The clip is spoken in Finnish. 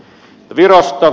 virosta